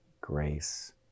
grace